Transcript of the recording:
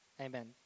Amen